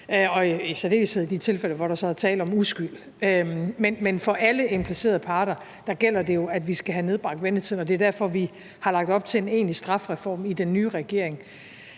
og i særdeleshed i de tilfælde, hvor der så er tale om uskyld. Men for alle implicerede parter gælder det jo, at vi skal have nedbragt ventetiden, og det er derfor, vi i den nye regering har lagt op til en egentlig strafreform. Det minder mig